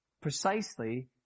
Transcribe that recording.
precisely